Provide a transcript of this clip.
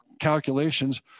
calculations